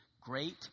great